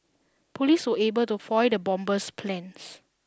police were able to foil the bomber's plans